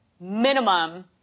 minimum